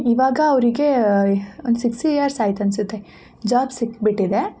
ಇವಾಗ ಅವರಿಗೇ ಒಂದು ಸಿಕ್ಸ್ ಇಯರ್ಸ್ ಆಯ್ತು ಅನಿಸತ್ತೆ ಜಾಬ್ ಸಿಕ್ಬಿಟ್ಟಿದೆ